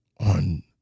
on